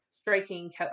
striking